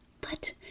But